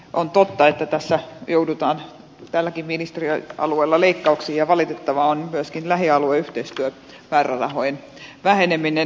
on totta että joudutaan tälläkin ministeriöalueella leikkauksiin ja valitettavaa on myöskin lähialueyhteistyömäärärahojen väheneminen